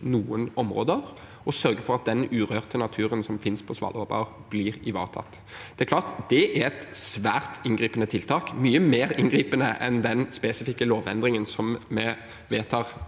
noen områder og sørge for at den urørte naturen som finnes på Svalbard, blir ivaretatt. Det klart at det er et svært inngripende tiltak, mye mer inngripende enn den spesifikke lovendringen som